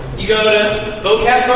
you go to vocab